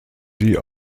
sie